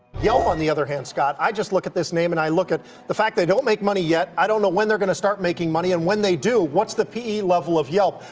yelp, on the other hand, scott, i just look at this name and i look at the fact they don't make money yet. i don't know when they're going to start making money and when they do what's the pe level of yelp?